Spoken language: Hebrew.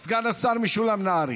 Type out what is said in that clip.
סגן השר משולם נהרי,